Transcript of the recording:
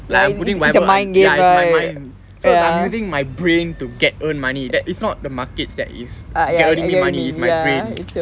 like I'm putting whatever I ya it's my mind so I'm using my brain to get earn money that is not the markets that is earning me money is my brain